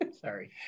Sorry